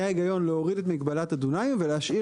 היה היגיון להוריד את מגבלת הדונמים ולהשאיר